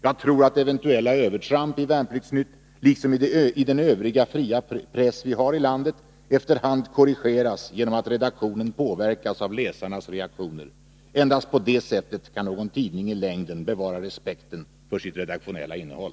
Jag tror att eventuella övertramp i Värnplikts-Nytt, liksom i den övriga fria press vi har i landet, efter hand korrigeras genom att redaktionen påverkas av läsarnas reaktioner. Endast på det sättet kan någon tidning i längden bevara respekten för sitt redaktionella innehåll.